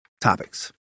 topics